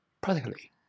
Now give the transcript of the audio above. Practically